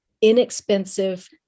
inexpensive